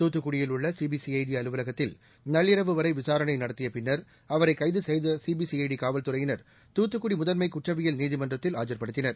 தூத்துக்குடியில் உள்ள சிபிசிறுடி அலுலகத்தில் நள்ளிரவு வரை விசாரணை நடத்திய பின்னர் அவரை கைது செய்த சிபிசிஐடி காவல்துறையினர் தூத்துக்குடி முதன்மை குற்றவியல் நீதிமன்றத்தில் ஆஜர்படுத்தினர்